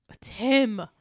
Tim